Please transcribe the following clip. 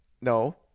no